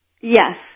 Yes